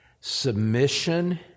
submission